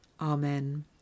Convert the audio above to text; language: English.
Amen